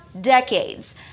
decades